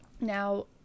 Now